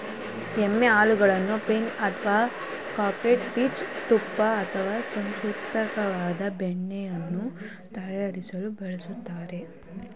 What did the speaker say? ಎಮ್ಮೆ ಹಾಲನ್ನು ಪನೀರ್ ಅಥವಾ ಕಾಟೇಜ್ ಚೀಸ್ ತುಪ್ಪ ಅಥವಾ ಸಂಸ್ಕರಿಸಿದ ಬೆಣ್ಣೆಯನ್ನು ತಯಾರಿಸಲು ಬಳಸ್ತಾರೆ